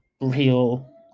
real